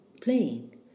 playing